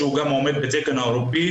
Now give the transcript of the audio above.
שהוא גם עומד בתקן האירופאי,